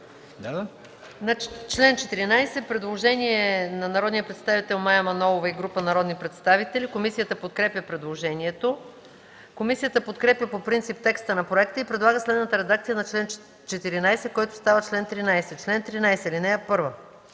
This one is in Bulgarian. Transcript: чл. 14 има предложение на Мая Манолова и група народни представители. Комисията подкрепя предложението. Комисията подкрепя по принцип текста на проекта и предлага следната редакция на чл. 14, който става чл. 13: „Чл. 13. (1) Всяка